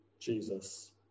Jesus